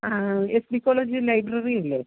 ആ S B college library അല്ലേ